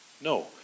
No